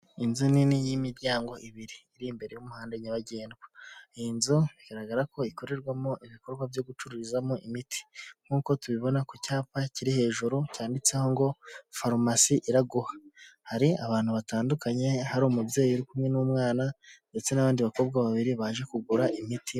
Inzu nini y'imiryango ibiri iri imbere y'umuhanda nyabagendwa, iyi nzu igaragara ko ikorerwamo ibikorwa byo gucururizamo imiti nk'uko tubibona ku cyapa kiri hejuru cyanditseho ngo farumasi Iraguha, hari abantu batandukanye hari umubyeyi uri kumwe n'umwana ndetse n'abandi bakobwa babiri baje kugura imiti.